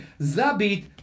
Zabit